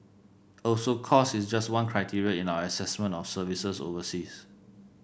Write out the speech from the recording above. also cost is just one criteria in our assessment of services overseas